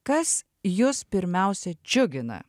kas jus pirmiausia džiugina